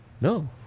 no